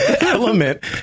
Element